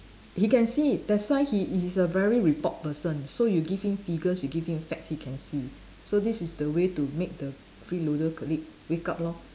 he can see that's why he is a very report person so you give him figures you give him facts he can see so this is the way to make the freeloader colleague wake up lor